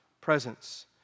presence